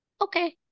okay